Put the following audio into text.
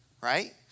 Right